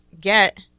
get